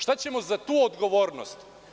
Šta ćemo za tu odgovornost?